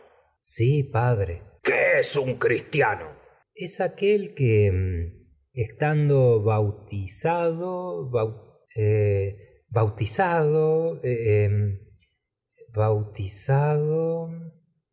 sí padre qué es un cristiano es aquel que estando bautizado bautizado bautizado